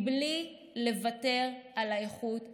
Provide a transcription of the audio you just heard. בלי לוותר על האיכות והרמה,